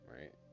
right